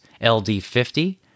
LD50